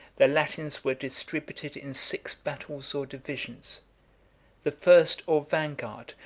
the latins were distributed in six battles or divisions the first, or vanguard,